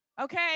Okay